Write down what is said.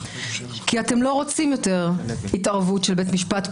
כי אתם לא רוצים יותר התערבות של בית משפט,